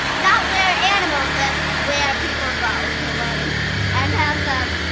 not where animals live, where people go to learn and have a,